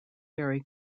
very